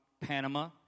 Panama